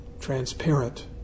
transparent